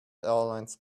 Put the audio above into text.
airlines